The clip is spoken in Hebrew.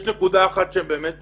יש נקודה אחת שהם באמת צודקים.